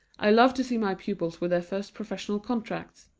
i love to see my pupils with their first professional contracts!